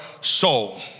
soul